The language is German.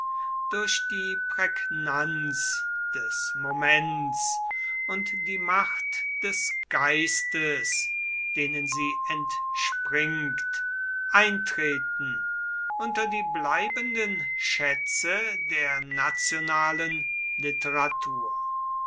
durch die prägnanz des moments und die macht des geistes denen sie entspringt eintreten unter die bleibenden schätze der nationalen literatur